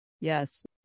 Yes